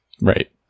Right